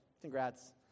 congrats